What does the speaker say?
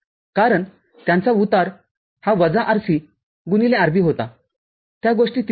कारण त्यांचा उतार हा वजा RC गुणिले RB होता त्या गोष्टी तिथे होत्या